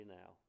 now